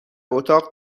اتاق